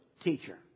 teacher